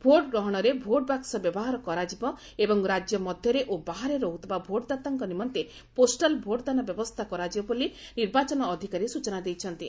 ଭୋଟଗ୍ରହଣରେ vote box ବ୍ୟବହାର କରାଯିବ ଏବଂ ରାଜ୍ୟ ମଧ୍ୟରେ ଓ ବାହାରେ ରହୁଥିବା ଭୋଟ୍ଦାତାଙ୍କ ନିମନ୍ତେ ପୋଷ୍ଟାଲ୍ ଭୋଟଦାନ ବ୍ୟବସ୍ଥା କରାଯିବ ବୋଲି ନିର୍ବାଚନ ଅଧିକାରୀ ସ୍ଟଚନା ଦେଇଛନ୍ତି